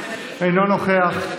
אינו נוכח,